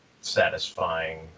satisfying